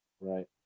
Right